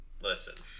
listen